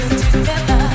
together